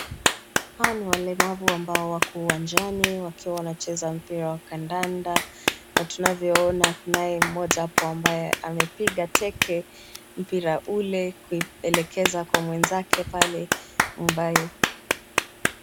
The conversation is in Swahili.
Hawa ni walemavu ambao wako uwanjani wakiwa wanacheza mpira wa kandanda. Na tunavyoona tunaye mmoja hapo ambaye amepiga teke mpira ule kuelekeza kwa mwenzake pale ambaye.